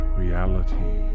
reality